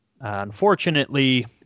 Unfortunately